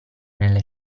nelle